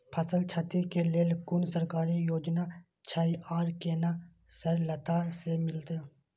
फसल छति के लेल कुन सरकारी योजना छै आर केना सरलता से मिलते?